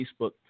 Facebook